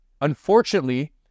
unfortunately